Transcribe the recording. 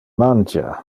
mangia